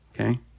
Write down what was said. okay